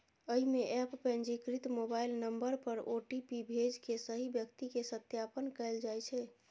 अय मे एप पंजीकृत मोबाइल नंबर पर ओ.टी.पी भेज के सही व्यक्ति के सत्यापन कैल जाइ छै